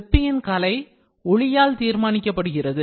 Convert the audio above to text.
சிற்பியின் கலை உளியால் தீர்மானிக்கப்படுகிறது